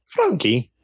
Frankie